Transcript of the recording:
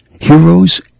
heroes